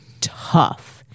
tough